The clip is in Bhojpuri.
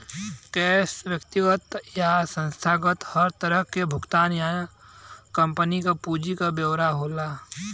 कैश फ्लो व्यक्तिगत या संस्थागत हर तरह क भुगतान या कम्पनी क पूंजी क ब्यौरा होला